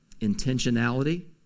intentionality